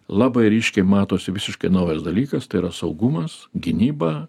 labai ryškiai matosi visiškai naujas dalykas tai yra saugumas gynyba